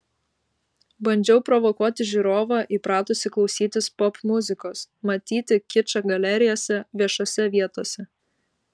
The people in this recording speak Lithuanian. bandžiau provokuoti žiūrovą įpratusį klausytis popmuzikos matyti kičą galerijose viešose vietose